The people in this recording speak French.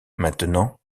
maintenant